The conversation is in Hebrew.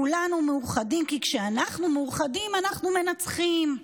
כולנו מאוחדים, כי כשאנחנו מאוחדים, אנחנו מנצחים.